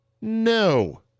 No